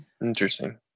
Interesting